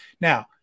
now